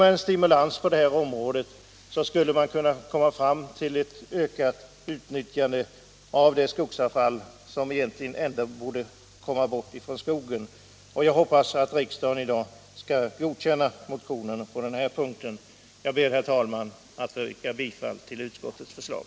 Med en stimulans på detta område skulle man komma fram till ökat utnyttjande av det skogsavfall som egentligen ändå borde komma bort från skogen. Och jag hoppas att riksdagen i dag skall godkänna motionerna på den här punkten. Jag ber, herr talman, att få yrka bifall till utskottets hemställan.